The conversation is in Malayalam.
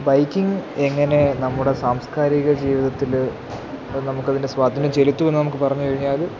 ബൈക്കിങ്ങ് എങ്ങനെ നമ്മുടെ സാംസ്കാരിക ജീവിതത്തിൽ നമുക്കതിൻ്റെ സ്വാധീനം ചെലുത്തുമെന്നു നമുക്ക് പറഞ്ഞു കഴിഞ്ഞാൽ